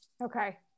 Okay